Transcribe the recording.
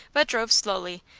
but drove slowly,